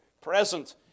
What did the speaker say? Present